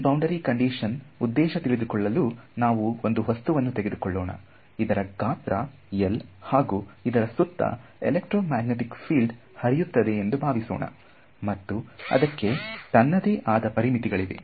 ಈ boundary condition ಉದ್ದೇಶ ತಿಳಿದುಕೊಳ್ಳಲು ನಾವು ಒಂದು ವಸ್ತುವನ್ನು ತೆಗೆದುಕೊಳ್ಳೋಣ ಇದರ ಗಾತ್ರ L ಹಾಗೂ ಇತರ ಸುತ್ತ ಎಲೆಕ್ಟ್ರೋ ಮ್ಯಾಗ್ನೆಟಿಕ್ ಫೀಲ್ಡ್ ಹರಿಯುತ್ತದೆ ಎಂದು ಭಾವಿಸೋಣ ಮತ್ತು ಅದಕ್ಕೆ ತನ್ನದೇ ಆದ ಪರಿ ಮಿತಿಗಳಿವೆ